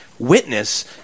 witness